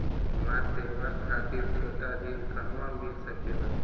हमरा त्योहार खातिर छोटा ऋण कहवा मिल सकेला?